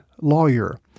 lawyer